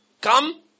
Come